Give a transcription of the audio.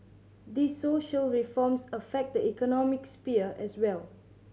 these social reforms affect the economic sphere as well